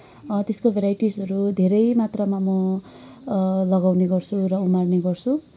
त्यसको भेराइटिजहरू धेरै मात्रामा म लगाउने गर्छु र उमार्ने गर्छु